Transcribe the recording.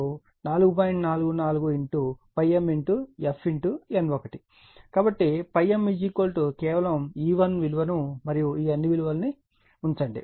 44 ∅m f N1 అని మనకు తెలుసు కాబట్టి ∅m కేవలం E1 విలువను మరియు ఈ అన్ని విలువలను ఉంచండి